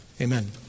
Amen